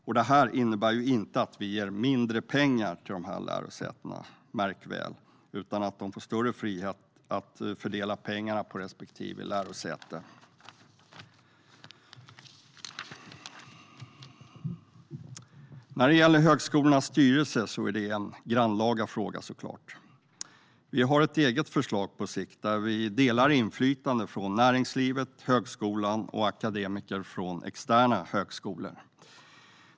Märk väl att detta inte innebär att vi ger dessa lärosäten mindre pengar, utan respektive lärosäte får större frihet att fördela pengarna. När det gäller högskolornas styrelse är det såklart en stor fråga. Vi kommer att på sikt presentera ett eget förslag där inflytandet delas mellan näringsliv, högskola och akademiker från externa högskolor.